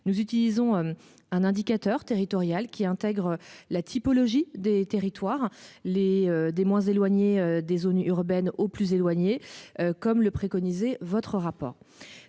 Nous utilisons un indicateur territoriale qui intègre la typologie des territoires les des moins éloignés des zones urbaines au plus éloignés. Comme le préconisait votre rapport.